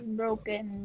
broken